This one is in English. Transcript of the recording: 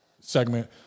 segment